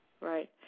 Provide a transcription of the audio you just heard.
Right